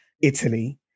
Italy